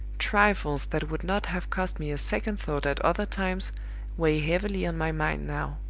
trifles that would not have cost me a second thought at other times weigh heavily on my mind now.